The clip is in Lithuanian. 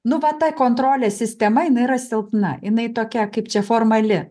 nu va ta kontrolės sistema jinai yra silpna jinai tokia kaip čia formali